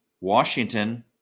Washington